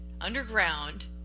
underground